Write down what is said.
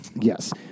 Yes